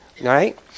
right